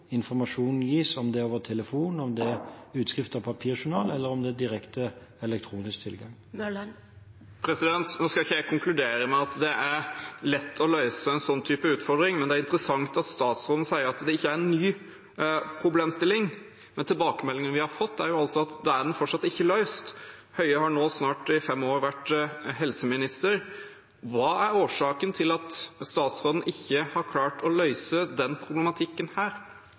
informasjon videre til foreldrene, noe som førte til at de fikk mindre tillit til helsetjenesten. Jeg tror det er viktig at vi tilnærmer oss denne problemstillingen uavhengig av i hvilken form informasjonen gis, om det er over telefon, via utskrift av papirjournal eller om det er direkte elektronisk tilgang. Nå skal ikke jeg konkludere med at det er lett å løse en slik utfordring, og det er interessant at statsråden sier at det ikke er en ny problemstilling, men tilbakemeldingene vi har fått, er altså at dette fortsatt ikke er løst. Høie har i snart fem år vært